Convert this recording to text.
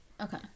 Okay